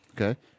Okay